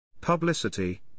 Publicity